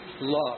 love